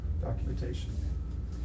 documentation